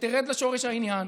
שתרד לשורש העניין,